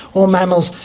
all mammals,